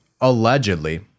allegedly